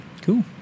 Cool